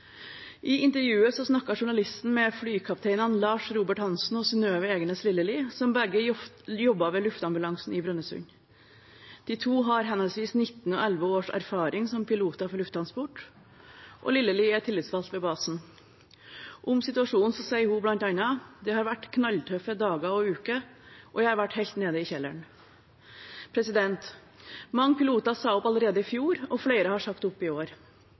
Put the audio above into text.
I intervjuet snakket journalisten med flykapteinene Lars Robert Hansen og Synnøve Egeness Lilleli, som begge jobbet ved luftambulansen i Brønnøysund. De to har henholdsvis 19 og 11 års erfaring som piloter for Lufttransport, og Lilleli er tillitsvalgt ved basen. Om situasjonen sier hun bl.a.: «Dette har vært noen knalltøffe dager og uker, jeg har vært helt nede i kjelleren.» Mange piloter sa opp allerede i fjor, og flere har sagt opp i år.